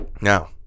Now